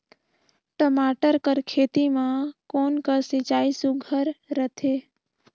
टमाटर कर खेती म कोन कस सिंचाई सुघ्घर रथे?